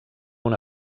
una